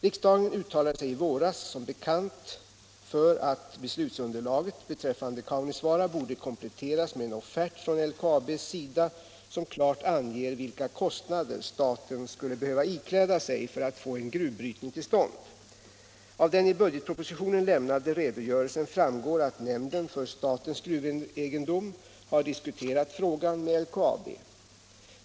Riksdagen uttalade sig i våras som bekant för att beslutsunderlaget beträffande Kaunisvaara borde kompletteras med en offert från LKAB:s sida som klart anger vilka kostnader staten skulle behöva ikläda sig för att få en gruvbrytning till stånd. Av den i budgetpropositionen lämnade - Nr 76 redogörelsen framgår att nämnden för statens gruvegendom har diskuterat frågan med LKAB.